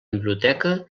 biblioteca